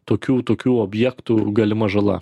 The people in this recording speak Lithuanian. tokių tokių objektų galima žala